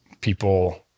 people